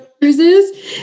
cruises